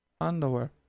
underwear